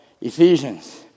Ephesians